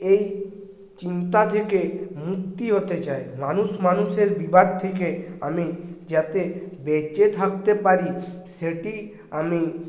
এই চিন্তা থেকে মুক্ত হতে চাই মানুষ মানুষের বিবাদ থেকে আমি যাতে বেঁচে থাকতে পারি সেটি আমি